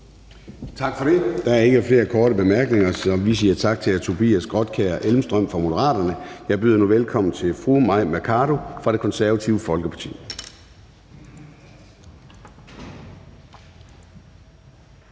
Tak for det. Der er ikke flere korte bemærkninger, så vi siger tak til hr. Tobias Grotkjær Elmstrøm fra Moderaterne. Jeg byder nu velkommen til fru Mai Mercado fra Det Konservative Folkeparti.